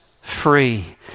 free